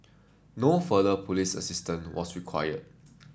no further police assistance was required